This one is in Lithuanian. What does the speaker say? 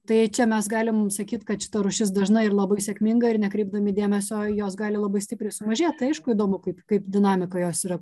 tai čia mes galim sakyt kad šita rūšis dažna ir labai sėkminga ir nekreipdami dėmesio į jos gali labai stipriai sumažėt tai aišku įdomu kaip kaip dinamika jos yra